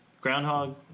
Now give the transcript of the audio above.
groundhog